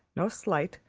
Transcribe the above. no slight,